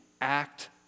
act